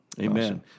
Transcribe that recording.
Amen